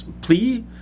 plea